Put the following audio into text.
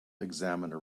examiner